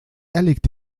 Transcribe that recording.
erlegt